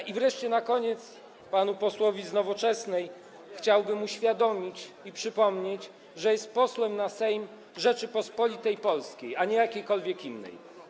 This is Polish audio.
I wreszcie na koniec panu posłowi z Nowoczesnej chciałbym uświadomić i przypomnieć, że jest posłem na Sejm Rzeczypospolitej Polskiej, a nie jakiejkolwiek innej.